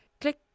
Click